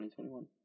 2021